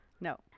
No